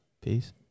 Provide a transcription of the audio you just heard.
Peace